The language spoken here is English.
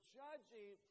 judging